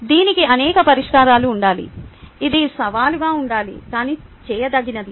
దీనికి అనేక పరిష్కారాలు ఉండాలి ఇది సవాలుగా ఉండాలి కాని చేయదగినది